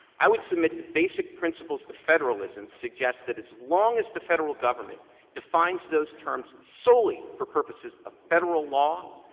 i would submit the basic principles of federalism suggest that as long as the federal government defines those terms solely for purposes of federal law,